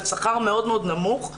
על שכר מאוד מאוד נמוך.